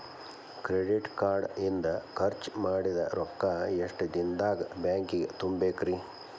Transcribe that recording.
Credit card ಇಂದ್ ಖರ್ಚ್ ಮಾಡಿದ್ ರೊಕ್ಕಾ ಎಷ್ಟ ದಿನದಾಗ್ ಬ್ಯಾಂಕಿಗೆ ತುಂಬೇಕ್ರಿ?